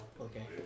Okay